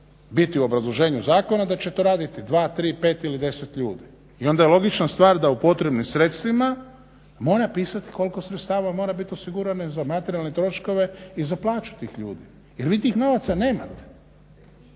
biti u obrazloženju zakona, da će to raditi dva, tri, pet ili deset ljudi i onda je logična stvar da u potrebnim sredstvima mora pisati koliko sredstava mora bit osigurano za materijalne troškove i za plaće tih ljudi jer vi tih novaca nemate.